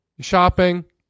shopping